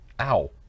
Ow